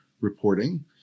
reporting